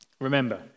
Remember